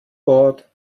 bord